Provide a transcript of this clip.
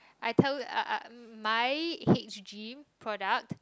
I tell you I I my h_g product